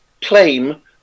claim